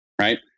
right